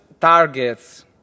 targets